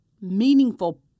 meaningful